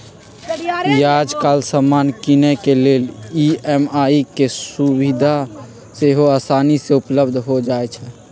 याजकाल समान किनेके लेल ई.एम.आई के सुभिधा सेहो असानी से उपलब्ध हो जाइ छइ